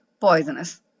poisonous